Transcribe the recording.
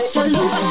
Salute